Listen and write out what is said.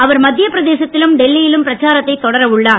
அவர் மத்திய பிரதேசத்திலும் டெல்லியிலும் பிரச்சாரத்தை தொடர உள்ளார்